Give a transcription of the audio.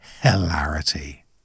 hilarity